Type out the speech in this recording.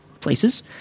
places